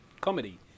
comedy